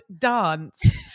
dance